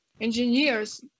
engineers